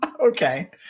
Okay